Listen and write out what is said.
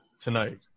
tonight